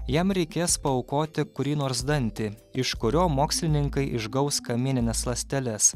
jam reikės paaukoti kurį nors dantį iš kurio mokslininkai išgaus kamienines ląsteles